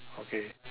okay